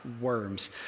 worms